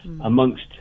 amongst